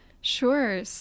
Sure